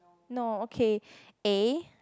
no okay A